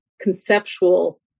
conceptual